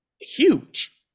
huge